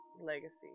Legacy